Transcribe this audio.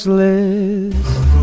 list